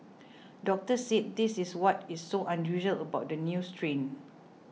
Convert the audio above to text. doctors said this is what is so unusual about the new strain